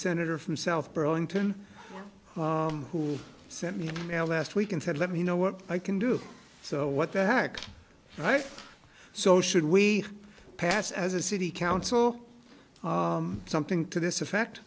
senator from south burlington who sent me an e mail last week and said let me know what i can do so what the heck right so should we pass as a city council something to this effect